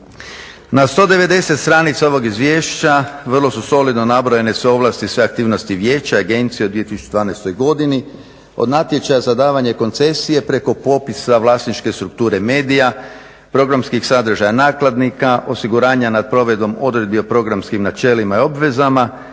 Na 190 stranica ovog izvješća vrlo su solidno nabrojane sve ovlasti i sve aktivnosti vijeća i agencije u 2012.godini od natječaja za davanje koncesije preko popisa vlasničke strukture medija, programskih sadržaja, nakladnika, osiguranja nad provedbom odredbi o programskim načelima i obvezama,